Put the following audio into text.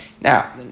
Now